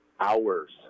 Hours